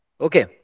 Okay